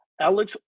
Alex